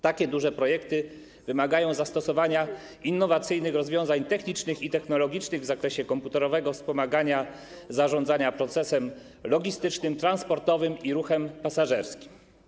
Takie duże projekty wymagają zastosowania innowacyjnych rozwiązań technicznych i technologicznych w zakresie komputerowego wspomagania zarządzania procesem logistycznym, transportowym i ruchem pasażerskim.